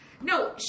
No